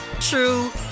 true